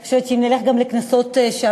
שאני חושבת שאם נלך גם לכנסות שעברו,